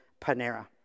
Panera